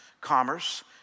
commerce